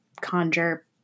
conjure